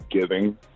giving